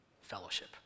fellowship